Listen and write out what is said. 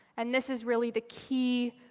and this is really the key